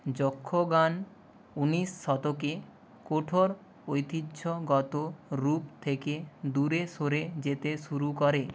যক্ষগান ঊনিশ শতকে কঠোর ঐতিহ্যগত রূপ থেকে দূরে সরে যেতে শুরু করে